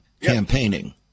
campaigning